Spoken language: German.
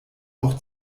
auch